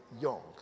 young